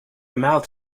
mouth